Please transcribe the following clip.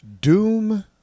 Doom